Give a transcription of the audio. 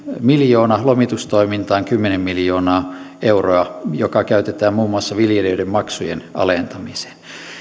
miljoona lomitustoimintaan kymmenen miljoonaa euroa joka käytetään muun muassa viljelijöiden maksujen alentamiseen